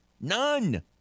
None